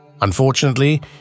Unfortunately